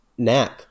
nap